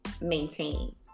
maintain